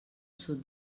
sud